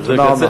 תודה רבה.